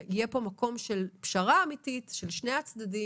שיהיה פה מקום של פשרה אמיתית של שני הצדדים.